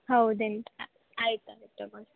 ಹೌದೇನು ಆಯ್ತು ಆಯ್ತು ತೊಗೋರಿ